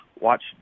watch